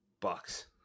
Bucks